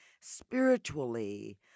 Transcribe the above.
spiritually